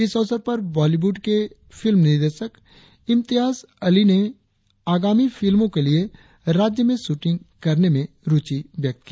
इस अवसर पर बालीवुड के फिल्म निदेशक इम्तेयाज अली ने आगामी फिल्मों के लिए राज्य में शूटिंग करने में रुचि व्यक्ति किया